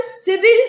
civil